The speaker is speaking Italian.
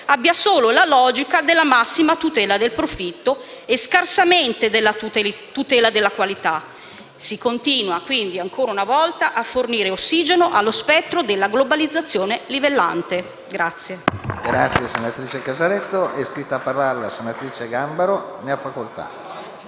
abbia solo la logica della massima tutela del profitto e scarsamente della tutela della qualità. Si continua quindi, ancora una volta a fornire ossigeno allo spettro della globalizzazione livellante.